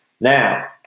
Now